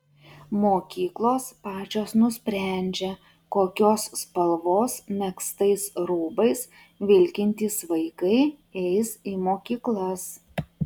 mokyklos pačios nusprendžia kokios spalvos megztais rūbais vilkintys vaikai eis į mokyklas